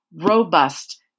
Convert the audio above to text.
robust